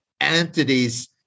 entities